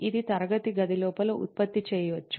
ఇది తరగతి గది లోపల ఉత్పత్తి చేయవచ్చు